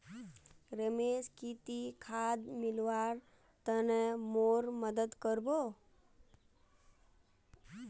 रमेश की ती खाद मिलव्वार तने मोर मदद कर बो